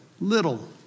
little